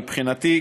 מבחינתי,